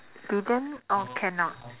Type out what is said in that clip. didn't or cannot